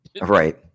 Right